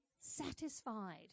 satisfied